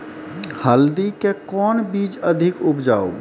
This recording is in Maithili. हल्दी के कौन बीज अधिक उपजाऊ?